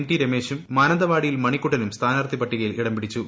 T രമേശും മാനന്തവാടിയിൽ മണിക്കുട്ടനും സ്ഥാനാർത്ഥി പട്ടികയിൽ ഇടംപിടിച്ചു